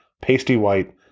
pasty-white